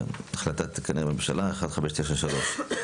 מ/1593.